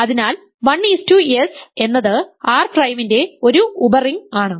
അതിനാൽ 1 S എന്നത് R പ്രൈമിന്ടെ ഒരു ഉപറിംഗ് ആണ്